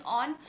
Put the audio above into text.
on